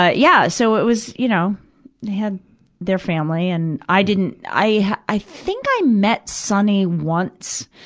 ah yeah, so it was, you know, they had their family. and i didn't i, i think i met sunny once,